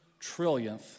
trillionth